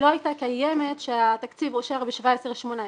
סעיף 83 בסך של 25,076